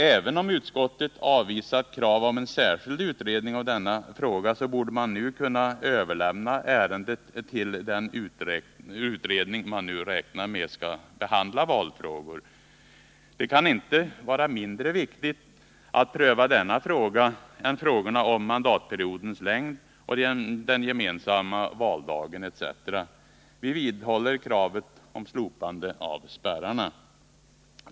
Även om utskottet avvisat krav på en särskild utredning av denna fråga, så borde man nu kunna överlämna ärendet till den utredning man nu räknar med skall behandla valfrågor. Det kan inte vara mindre viktigt att pröva denna fråga än frågorna om mandatperiodens längd, den gemensamma valdagen etc. Vi vidhåller kravet på slopande av spärrarna.